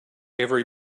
every